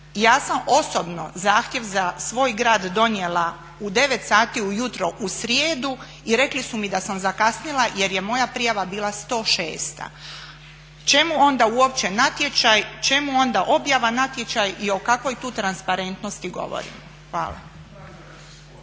Ja sam osobno zahtjev za svoj grad donijela u 9 sati ujutro u srijedu i rekli su mi da sam zakasnila jer je moja prijava bila 106. Čemu onda uopće natječaj, čemu onda objava natječaja i o kakvoj tu transparentnosti govorimo? Hvala.